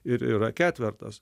ir yra ketvertas